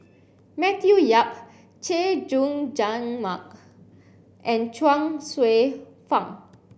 Matthew Yap Chay Jung Jun Mark and Chuang Hsueh Fang